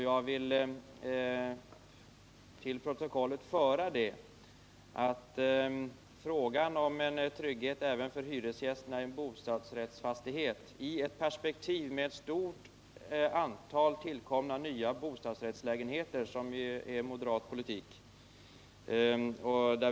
Jag vill till protokollet föra att alla möjligheter måste tas till vara för att skapa trygghet även för hyresgästerna i en bostadsrättsfastighet i ett perspektiv med ett stort antal nytillkomna bostadsrättslägenheter — som ju moderat politik förespråkar.